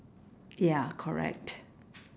ya correct